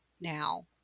now